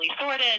sorted